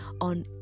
on